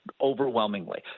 overwhelmingly